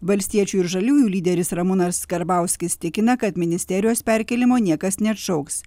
valstiečių ir žaliųjų lyderis ramūnas karbauskis tikina kad ministerijos perkėlimo niekas neatšauks